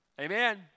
Amen